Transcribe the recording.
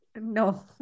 No